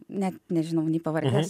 net nežinau nei pavardės